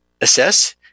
assess